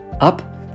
up